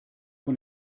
von